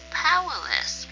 powerless